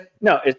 no